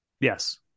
Yes